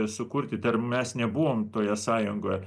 sukurti mes nebuvom toje sąjungoje